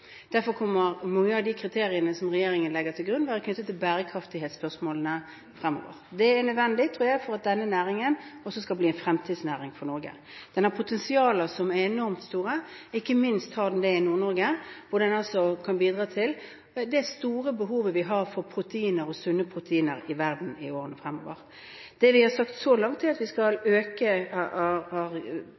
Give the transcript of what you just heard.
Derfor kommer mange av de kriteriene som regjeringen legger til grunn, til å være knyttet til bærekraftighetsspørsmålene fremover. Det tror jeg er nødvendig for at denne næringen skal bli en fremtidsnæring for Norge. Den har potensialer som er enormt store; ikke minst har den det i Nord-Norge, hvor den kan bidra til det store behovet vi har for proteiner og sunne proteiner i verden i årene fremover. Det vi har sagt så langt, er at vi skal øke